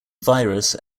virus